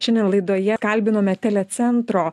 šiandien laidoje kalbinaome telecentro